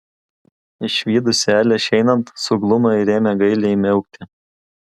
išvydusi elę išeinant suglumo ir ėmė gailiai miaukti